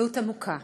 התנצלות עמוקה